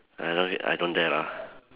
I don't I don't dare lah